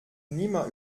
nimmer